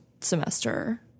semester